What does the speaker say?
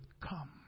come